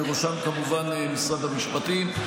ובראשם כמובן משרד המשפטים.